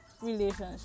relationship